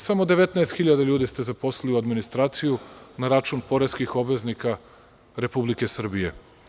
Samo 19.000 ljudi ste zaposlili u administraciji, na račun poreskih obveznika Republike Srbije.